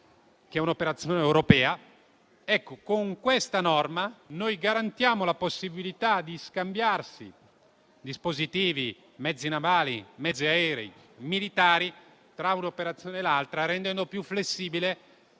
Eunavfor Atalanta. Ecco, con questa norma garantiamo la possibilità di scambiarsi dispositivi, mezzi navali, aerei e militari, tra un'operazione e l'altra, rendendo più flessibile